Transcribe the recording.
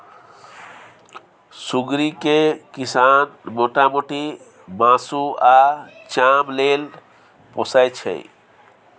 सुग्गरि केँ किसान मोटा मोटी मासु आ चाम लेल पोसय छै